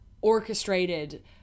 orchestrated